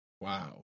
Wow